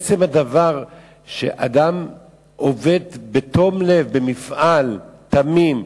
עצם הדבר שאדם עובד בתום לב במפעל תמים,